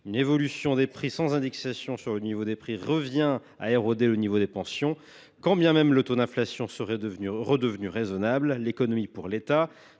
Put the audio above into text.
une évolution sans indexation sur le niveau des prix revient à éroder le niveau des pensions, quand bien même le taux d’inflation serait redevenu raisonnable. Les économies pour l’État,